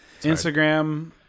instagram